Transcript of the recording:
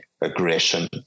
aggression